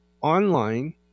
online